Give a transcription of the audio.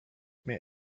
mir